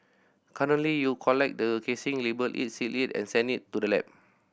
currently you collect the casing label it seal it and send it to the lab